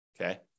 Okay